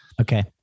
Okay